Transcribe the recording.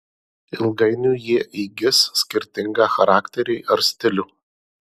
ilgainiui jie įgis skirtingą charakterį ar stilių